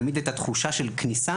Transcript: תמיד הייתה תחושה של כניסה,